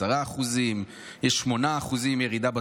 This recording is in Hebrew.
10%. יש 8% ירידה בתוצר.